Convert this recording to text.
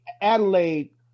Adelaide